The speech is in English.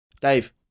Dave